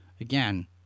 Again